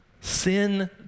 Sin